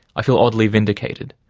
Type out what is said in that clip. i feel oddly vindicated.